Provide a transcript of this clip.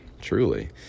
truly